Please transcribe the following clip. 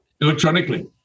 electronically